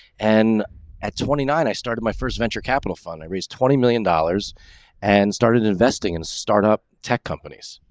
and at twenty nine i started my first venture capital fund, raise twenty million dollars and started investing and start up tech companies.